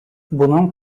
bunun